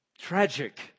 tragic